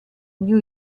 new